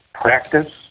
practice